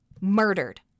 murdered